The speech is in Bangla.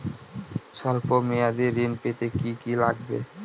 সল্প মেয়াদী ঋণ পেতে কি কি লাগবে?